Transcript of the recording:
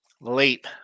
late